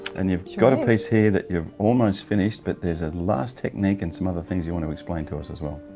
and you've got a piece here that you've almost finished, but there's a last technique and some other things you want to explain to us as well.